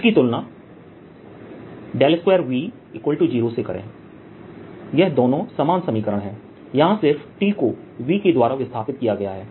इसकी तुलना 2V0 से करें यह दोनों समान समीकरण है यहां सिर्फ T को V के द्वारा विस्थापित किया गया है